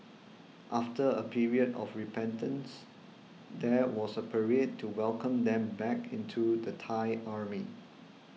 after a period of repentance there was a parade to welcome them back into the Thai Army